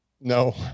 No